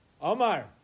Omar